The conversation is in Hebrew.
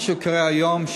מה שקורה היום,